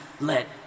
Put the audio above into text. let